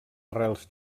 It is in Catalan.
arrels